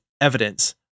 evidence